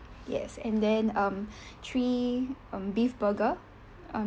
yes and then um three um beef burger um